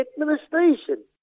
administration